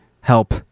Help